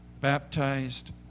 baptized